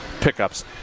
pickups